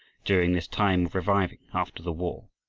during this time of reviving after the war.